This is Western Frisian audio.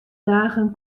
dagen